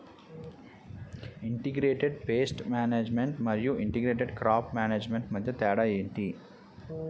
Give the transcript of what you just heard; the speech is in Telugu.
ఇంటిగ్రేటెడ్ పేస్ట్ మేనేజ్మెంట్ మరియు ఇంటిగ్రేటెడ్ క్రాప్ మేనేజ్మెంట్ మధ్య తేడా ఏంటి